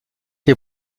été